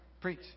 Preach